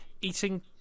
eating